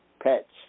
Pets